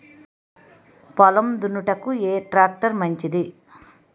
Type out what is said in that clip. పొలం దున్నుటకు ఏ ట్రాక్టర్ మంచిది?